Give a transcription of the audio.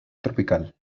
tropical